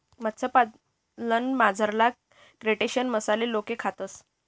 मत्स्यपालनमझारला क्रस्टेशियन मासाले लोके खातस